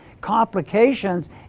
complications